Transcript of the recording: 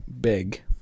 big